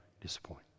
disappoint